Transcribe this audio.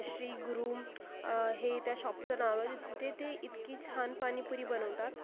श्री गुरूम हे त्या शॉपचं नाव आहे तिथे ते इतकी छान पाणीपुरी बनवतात